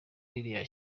ririya